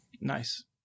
nice